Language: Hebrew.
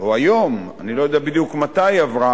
או היום, אני לא יודע בדיוק מתי היא עברה,